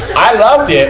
i loved it.